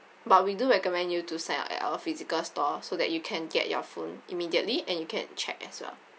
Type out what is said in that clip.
but we do recommend you to sign up at our physical store so that you can get your phone immediately and you can check as well